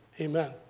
Amen